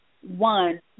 one